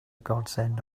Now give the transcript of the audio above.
godsend